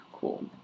Cool